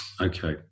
Okay